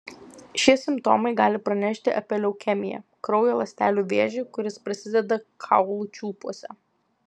šie simptomai gali pranešti apie leukemiją kraujo ląstelių vėžį kuris prasideda kaulų čiulpuose